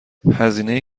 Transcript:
هزینه